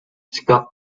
scott